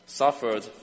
suffered